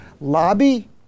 lobby